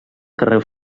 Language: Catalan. carrer